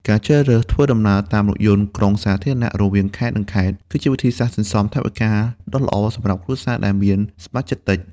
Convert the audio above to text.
ការជ្រើសរើសធ្វើដំណើរតាមរថយន្តក្រុងសាធារណៈរវាងខេត្ត និងខេត្ត គឺជាវិធីសាស្ត្រសន្សំថវិកាដ៏ល្អសម្រាប់គ្រួសារដែលមានសមាជិកតិច។